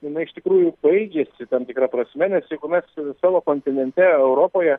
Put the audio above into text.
jinai iš tikrųjų baigiasi tam tikra prasme nes jeigu mes savo kontinente europoje